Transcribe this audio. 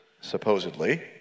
supposedly